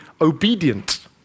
obedient